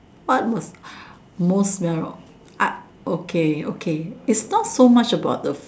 what the most food okay okay is not so much about the food